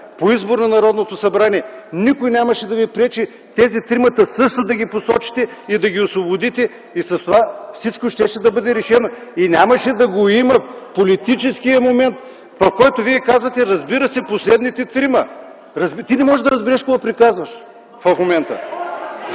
по избор на Народното събрание, никой нямаше да ви пречи тези тримата също да ги посочите и да ги освободите. И с това всичко щеше да бъде решено. Нямаше да го има политическият момент, в който вие казвате: разбира се, последните трима. (Реплики.) Ти не можеш да разбереш какво приказваш в момента!